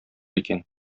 икән